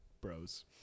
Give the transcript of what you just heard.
bros